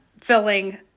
filling